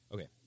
Okay